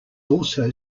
also